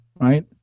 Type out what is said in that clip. right